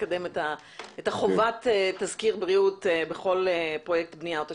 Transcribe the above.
לקדם את חובת תסקיר בריאות בכל פרויקט בניה או תשתית.